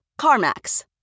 CarMax